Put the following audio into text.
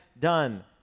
done